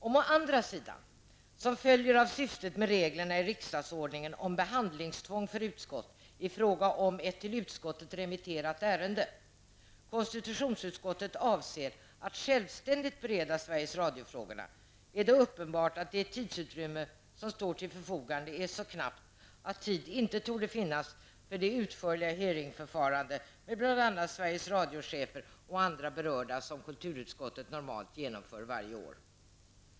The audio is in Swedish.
Om å andra sidan -- som följer av syftet med reglerna i riksdagsordningen om behandlingstvång för utskott i fråga om ett till utskottet remitterat ärende -- konstitutionsutskottet avser att självständigt bereda Sveriges Radio-frågorna är det uppenbart att det tidsutrymme som står till förfogande är så knappt att tid inte torde finnas för det utförliga utfrågningsförfarande med Sveriges Radio-chefer och andra berörda som kulturutskottet normalt genomför varje år.